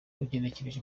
ugenekereje